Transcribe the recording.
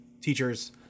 teachers